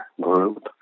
group